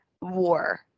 war